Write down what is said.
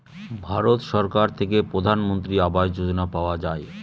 ভারত সরকার থেকে প্রধানমন্ত্রী আবাস যোজনা পাওয়া যায়